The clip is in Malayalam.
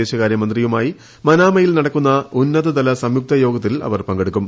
വിദേശകാര്യമന്ത്രിയുമായി മനാമയിൽ നടക്കുന്ന ഉന്നതതല സംയുക്ത യോഗത്തിൽ അവർ പങ്കെടുക്കും